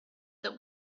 that